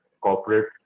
corporate